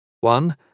One